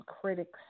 critics